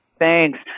Thanks